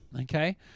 Okay